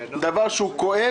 הדבר כואב